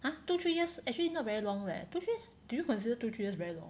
!huh! two three years actually not very long leh two three years do you consider two three years very long